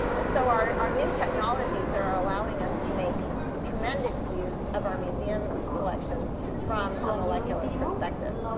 and so our our new technologies are allowing us to make tremendous use of our museum collections from a molecular perspective.